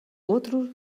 outros